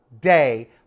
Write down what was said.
day